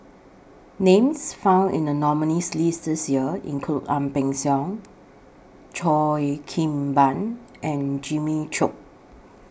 Names found in The nominees' list This Year include Ang Peng Siong Cheo Kim Ban and Jimmy Chok